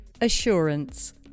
assurance